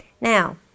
Now